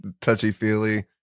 touchy-feely